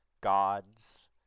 Gods